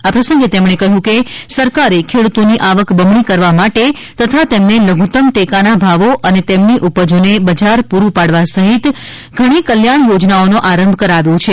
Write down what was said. આ પ્રસંગે તેમણે કહ્યું કે સરકારે ખેડૂતોની આવક બમણી કરવા માટે તથા તેમને લધુત્તમ ટેકાના ભાવો અને તેમની ઉપજોને બજાર પુરુ પાડવા સહિત ઘણી કલ્યાણ યોજનાઓનો આરંભ કરાવ્યો છે